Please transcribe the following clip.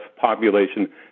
population